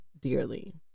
dearly